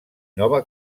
nova